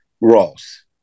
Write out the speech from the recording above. Ross